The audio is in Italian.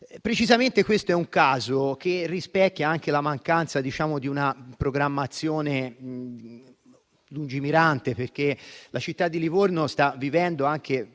provengo. Questo è un caso che rispecchia anche la mancanza di una programmazione lungimirante, perché la città di Livorno sta vivendo un